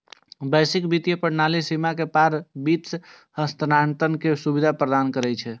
वैश्विक वित्तीय प्रणाली सीमा के पार वित्त हस्तांतरण के सुविधा प्रदान करै छै